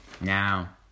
Now